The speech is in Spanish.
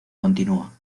continúa